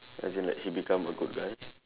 as in like he become a good guy